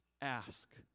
ask